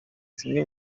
zimwe